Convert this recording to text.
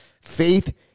Faith